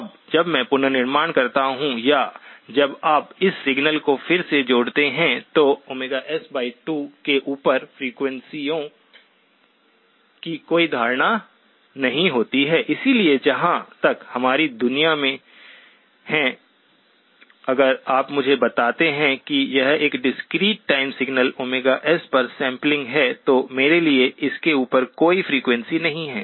अब जब मैं पुनर्निर्माण करता हूं या जब आप इस सिग्नल को फिर से जोड़ते हैं तो s2 के ऊपर फ्रीक्वेंसीयों की कोई धारणा नहीं होती है क्योंकि जहां तक हमारी दुनिया में है अगर आप मुझे बताते हैं कि यह एक डिस्क्रीट टाइम सिग्नल Ωs पर सैंपलिंग है तो मेरे लिए इसके ऊपर कोई फ्रीक्वेंसी नहीं है